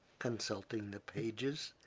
consulting the pages,